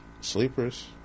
Sleepers